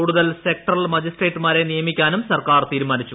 കൂടുതൽ സെക്ടറൽ മജിസ്ട്രേറ്റുമാരെ നിയമിക്കാനും സർക്കാർ തീരുമാനിച്ചു